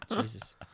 Jesus